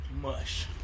Mush